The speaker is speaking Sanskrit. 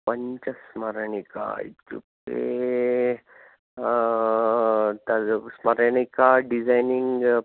पञ्च स्मरणिका इत्युक्ते तद् स्मरणिका डिसैनिङ्ग्